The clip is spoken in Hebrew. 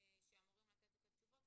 שאמורים לתת את התשובות.